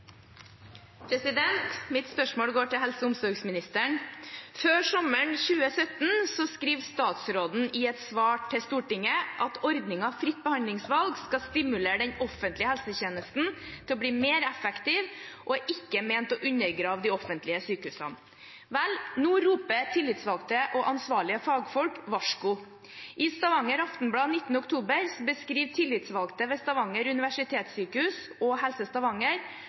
Mitt spørsmål går til helse- og omsorgsministeren: Før sommeren 2017 skriver statsråden i et svar til Stortinget at ordningen fritt behandlingsvalg skal stimulere den offentlige helsetjenesten til å bli mer effektiv, og ikke er ment å undergrave de offentlige sykehusene. Vel, nå roper tillitsvalgte og ansvarlige fagfolk varsko. I Stavanger Aftenblad 19. oktober beskriver tillitsvalgte ved Stavanger universitetssjukehus og Helse Stavanger